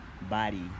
body